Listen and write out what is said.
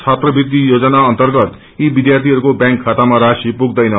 छात्रवृत्त योजना अन्तगत यी विध्यार्थीहरूको व्यांक खातामा राशि पुग्दैन